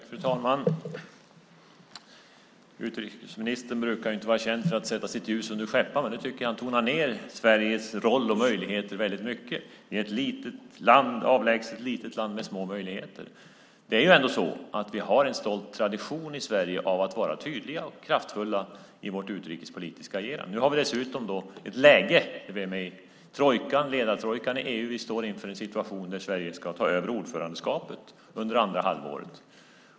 Fru talman! Utrikesministern brukar inte vara känd för att sätta sitt ljus under skäppan. Men nu tycker jag att han tonar ned Sveriges roll och möjligheter väldigt mycket. Han säger att Sverige är ett avlägset litet land med små möjligheter. Vi har ändå en stolt tradition i Sverige av att vara tydliga och kraftfulla i vårt utrikespolitiska agerande. Nu har vi dessutom ett läge då vi är med i ledartrojkan i EU, och vi står inför en situation då Sverige ska ta över ordförandeskapet under andra halvåret.